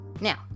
now